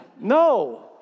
no